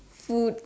food